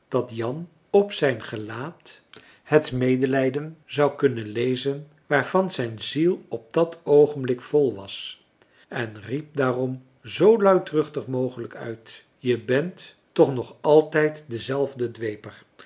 dat jan op zijn gelaat het medelijden zou kunnen lezen waarvan zijn ziel op dat oogenblik vol was en riep daarom zoo luidruchtig mogelijk uit je bent toch nog altijd dezelfde dweper